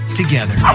together